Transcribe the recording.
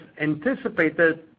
anticipated